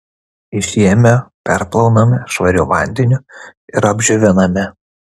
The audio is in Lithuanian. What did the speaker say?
išėmę perplauname švariu vandeniu ir apdžioviname